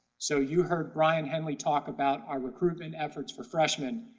so you heard brian henley talk about our recruitment efforts for freshmen.